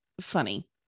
funny